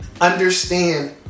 understand